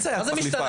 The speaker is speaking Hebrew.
מה זה סייעת מחליפה?